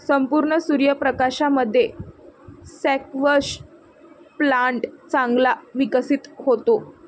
संपूर्ण सूर्य प्रकाशामध्ये स्क्वॅश प्लांट चांगला विकसित होतो